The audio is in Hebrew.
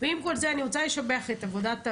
ועם כל זה, אני רוצה לשבח את עבודת המשטרה.